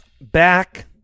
back